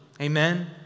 Amen